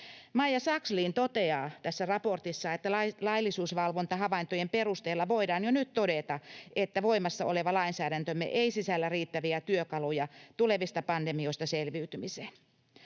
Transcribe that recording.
Maija Sakslin toteaa tässä raportissa, että laillisuusvalvontahavaintojen perusteella voidaan jo nyt todeta, että voimassa oleva lainsäädäntömme ei sisällä riittäviä työkaluja tulevista pandemioista selviytymiseen.